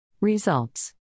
Results